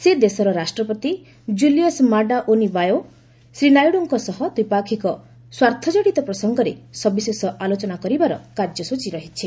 ସେ ଦେଶର ରାଷ୍ଟ୍ରପତି Julius Maada Wonie Bio Shri ନାଇଡ଼ୁଙ୍କ ସହ ଦ୍ୱିପାକ୍ଷିକ ସ୍ୱାର୍ଥକଡ଼ିତ ପ୍ରସଙ୍ଗରେ ସବିଶେଷ ଆଲୋଚନା କରିବାର କାର୍ଯ୍ୟସ୍ତଚୀ ରହିଛି